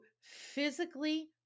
physically